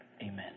Amen